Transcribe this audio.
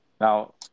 now